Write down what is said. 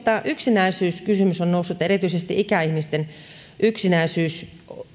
yksinäisyyskysymys on noussut erityisesti ikäihmisten yksinäisyys